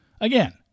Again